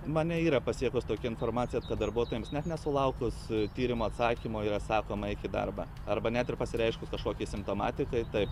mane yra pasiekus tokia informacija kad darbuotojams net nesulaukus tyrimo atsakymo yra sakoma eik į darbą arba net ir pasireiškus kažkokiai simptomatikai tai